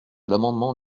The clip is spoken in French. l’amendement